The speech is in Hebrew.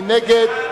מי נגד?